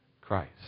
Christ